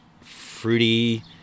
fruity